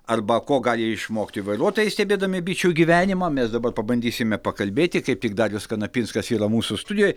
arba ko gali išmokti vairuotojai stebėdami bičių gyvenimą mes dabar pabandysime pakalbėti kaip tik darius kanapinskas yra mūsų studijoj